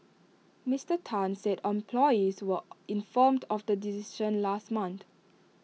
Mister Tan said employees were informed of the decision last month